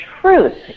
truth